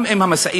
גם אם המשאית,